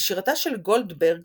ושירתה של גולדברג